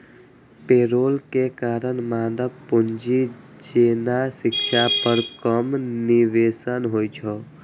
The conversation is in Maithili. पेरोल के कारण मानव पूंजी जेना शिक्षा पर कम निवेश होइ छै